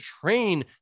train